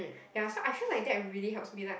ya so I feel like that really helps me like